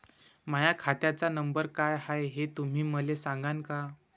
माह्या खात्याचा नंबर काय हाय हे तुम्ही मले सागांन का?